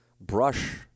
brush